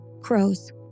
Crows